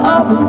up